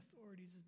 authorities